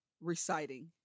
reciting